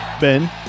Ben